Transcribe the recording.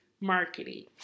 marketing